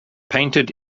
painted